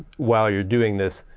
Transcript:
while you're doing this,